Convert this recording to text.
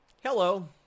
Hello